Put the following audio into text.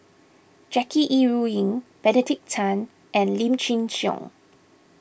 Jackie Yi Ru Ying Benedict Tan and Lim Chin Siong